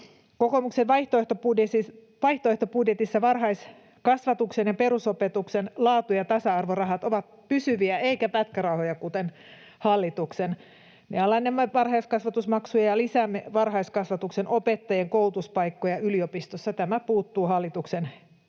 Kokoomuksen vaihtoehtobudjetissa varhaiskasvatuksen ja perusopetuksen laatu‑ ja tasa-arvorahat ovat pysyviä eivätkä pätkärahoja kuten hallituksen. Me alennamme varhaiskasvatusmaksuja ja lisäämme varhaiskasvatuksen opettajien koulutuspaikkoja yliopistossa. Tämä puuttuu hallituksen